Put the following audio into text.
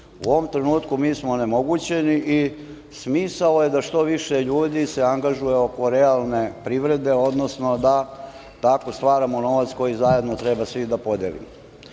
U ovom trenutku mi smo onemogućeni i smisao je da što više ljudi se angažuje oko realne privrede, odnosno da tako stvaramo novac koji zajedno treba svi da podelimo. Ja